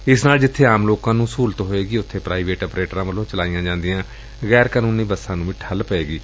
ਏਸ ਨਾਲ ਜਿੱਬੇ ਆਮ ਲੋਕਾਂ ਨੂੰ ਸਹੁਲਤ ਹੋਵੇਗੀ ਉਬੇ ਪ੍ਰਾਈਵੇਟ ਅਪਰੇਟਰਾਂ ਵੱਲੋਂ ਚਲਾਈਆਂ ਜਾਂਦੀਆਂ ਗੈਰ ਕਾਨੁੰਨੀ ਬਸਾਂ ਨੁੰ ਵੀ ਠੱਲ ਪਏਗੀ